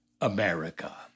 America